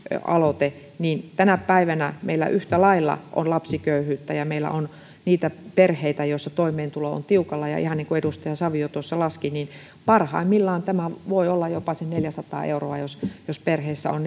aloite niin tänä päivänä meillä yhtä lailla on lapsiköyhyyttä ja meillä on niitä perheitä joissa toimeentulo on tiukalla ihan niin kuin edustaja savio tuossa laski niin parhaimmillaan tämä voi olla jopa sen neljäsataa euroa jos jos perheessä on